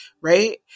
Right